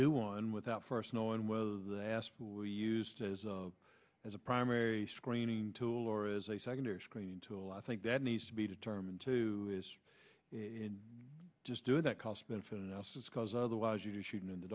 do one without first knowing whether the ass fool used as a as a primary screening tool or as a secondary screening tool i think that needs to be determined to us in just doing that cost benefit analysis because otherwise you do shoot in the